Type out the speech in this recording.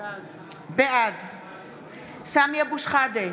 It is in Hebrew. בעד סמי אבו שחאדה,